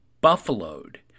buffaloed